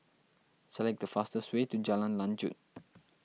select the fastest way to Jalan Lanjut